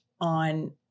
on